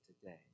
today